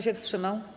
się wstrzymał?